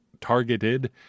targeted